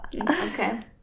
okay